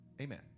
Amen